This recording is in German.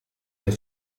der